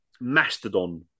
Mastodon